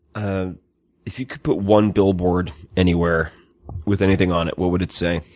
ah if you could put one billboard anywhere with anything on it, what would it say?